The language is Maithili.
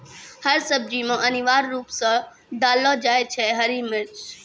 हर सब्जी मॅ अनिवार्य रूप सॅ डाललो जाय छै हरी मिर्च